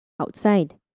Outside